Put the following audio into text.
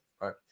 Right